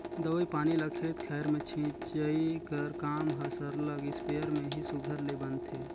दवई पानी ल खेत खाएर में छींचई कर काम हर सरलग इस्पेयर में ही सुग्घर ले बनथे